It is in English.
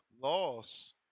loss